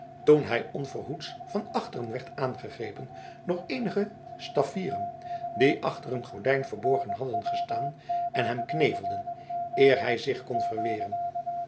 toen hij onverhoeds van achteren werd aangegrepen door eenige staffieren die achter een gordijn verborgen hadden gestaan en hem knevelden eer hij zich